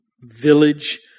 village